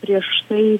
prieš tai